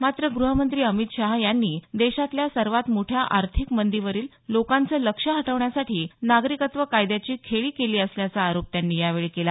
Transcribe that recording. मात्र गृहमंत्री अमित शाह यांनी देशातल्या सर्वात मोठ्या आर्थिक मंदीवरील लोकांच लक्ष हटवण्यासाठी नागरिकत्व कायद्याची खेळी केला असल्याचा आरोप त्यांनी यावेळी केला